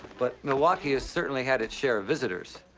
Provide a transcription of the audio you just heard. but milwaukee has certainly had its share of visitors.